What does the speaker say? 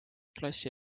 klassi